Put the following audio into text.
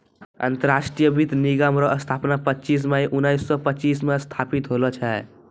अंतरराष्ट्रीय वित्त निगम रो स्थापना पच्चीस मई उनैस सो पच्चीस मे स्थापित होल छै